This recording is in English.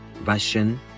Russian